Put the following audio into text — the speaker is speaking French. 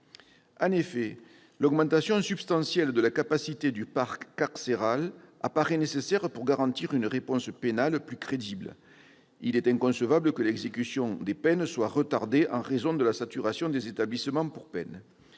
En effet, l'augmentation substantielle de la capacité du parc carcéral apparaît nécessaire pour garantir une réponse pénale plus crédible : il est inconcevable que l'exécution des peines soit retardée en raison de la saturation des établissements pour peine.